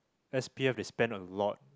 S_P_F they spend a lot